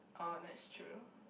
orh that's true